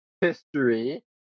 history